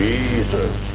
Jesus